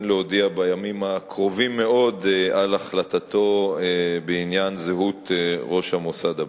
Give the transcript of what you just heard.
להודיע בימים הקרובים מאוד על החלטתו בעניין זהות ראש המוסד הבא.